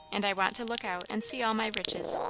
and i want to look out and see all my riches.